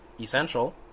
essential